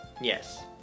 Yes